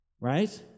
Right